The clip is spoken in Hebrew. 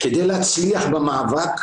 כדי להצליח במאבק,